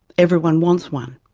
everyone wants one,